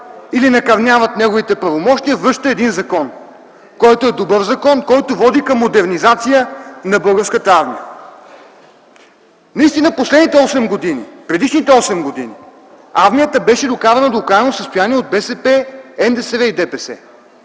или накърняват неговите правомощия, връща един закон, който е добър закон, който води към модернизация на Българската армия. Предишните осем години армията беше докарана до окаяно състояние от БСП, НДСВ и ДПС.